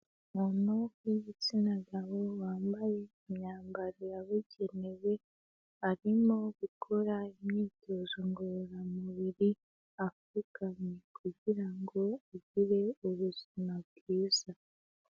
Umuntu w'igitsina gabo wambaye imyambaro yabugenewe, arimo gukora imyitozo ngororamubiri apfukamye, kugira ngo agire ubuzima bwiza.